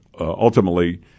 ultimately